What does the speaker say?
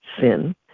sin